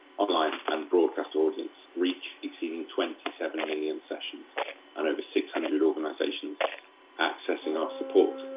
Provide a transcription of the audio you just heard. online and broadcast audience reach exceeding twenty seven million sessions and over six hundred organisations accessing our support.